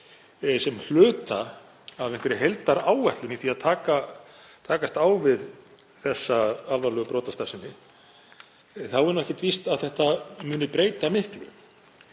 sem hluta af einhverri heildaráætlun í því að takast á við þessa alvarlegu brotastarfsemi þá er ekkert víst að þetta muni breyta miklu.